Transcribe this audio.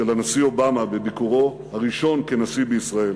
את פניו של הנשיא אובמה בביקורו הראשון כנשיא בישראל.